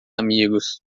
amigos